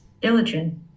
diligent